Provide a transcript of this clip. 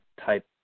type